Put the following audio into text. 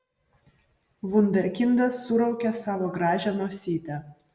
vunderkindas suraukė savo gražią nosytę